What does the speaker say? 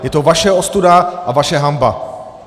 Je to vaše ostuda a vaše hanba!